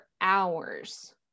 hours